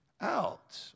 out